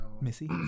Missy